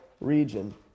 region